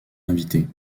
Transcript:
invité